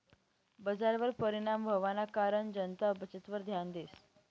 बजारवर परिणाम व्हवाना कारण जनता बचतवर ध्यान देस